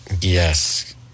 yes